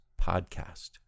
Podcast